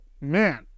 man